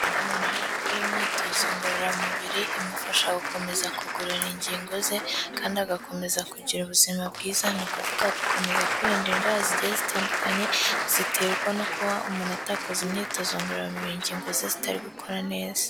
Umuntu ari gukora imyitozo ngororamubiri imufasha gukomeza kugorora ingingo ze kandi agakomeza kugira ubuzima bwiza, ni ukuvuga agakomeza kwirinda indwara zigiye zitandukanye ziterwa no kuba umuntu atakoze imyitozo ngororamubiri ingingo ze zitari gukora neza.